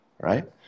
Right